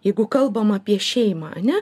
jeigu kalbam apie šeimą ane